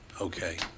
okay